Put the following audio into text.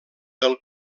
del